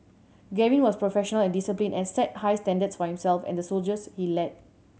Gavin was professional and disciplined and set high standards for himself and the soldiers he led